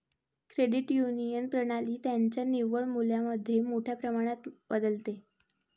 credit union प्रणाली त्यांच्या निव्वळ मूल्यामध्ये मोठ्या प्रमाणात बदलते